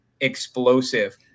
explosive